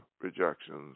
rejections